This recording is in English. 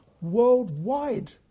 worldwide